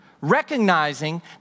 recognizing